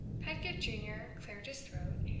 pedgift junior cleared his throat,